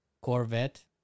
Corvette